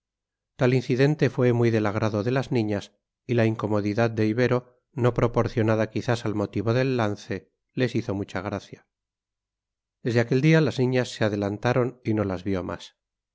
tal incidente fue muy del agrado de las niñas y la incomodidad de ibero no proporcionada quizás al motivo del lance les hizo mucha gracia desde aquel día las niñas se adelantaron y no las vio más